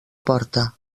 porta